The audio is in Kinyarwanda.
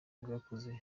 bwakozwe